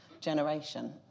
generation